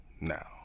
now